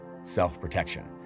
self-protection